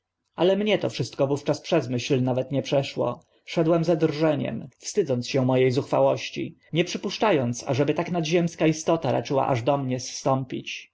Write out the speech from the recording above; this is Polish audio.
ale mnie to wszystko wówczas przez myśl nawet nie przeszło szedłem ze drżeniem wstydząc się mo e zuchwałości nie przypuszcza ąc ażeby tak nadziemska istota raczyła aż do mnie zstąpić